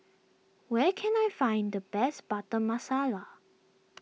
where can I find the best Butter Masala